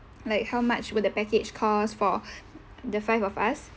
like how much will the package cost for the five of us